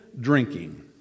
drinking